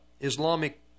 Islamic